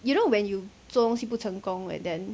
you know when you 做东西不成功 and then